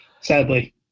sadly